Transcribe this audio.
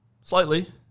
Slightly